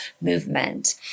movement